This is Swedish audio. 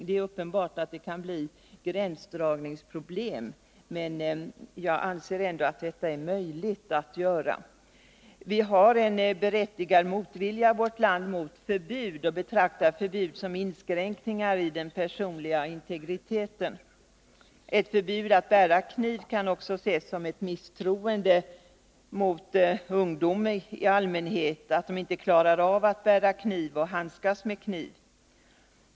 Det är uppenbart att det kan bli gränsdragningsproblem, men jag anser att det är möjligt att klara dem. Vi har en berättigad motvilja i vårt land mot förbud och betraktar förbud som inskränkningar i den personliga integriteten. Ett förbud att bära kniv kan också ses som ett misstroende mot ungdomen i allmänhet — att de inte klarar av att bära kniv och handskas med kniv.